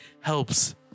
helps